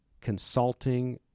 Consulting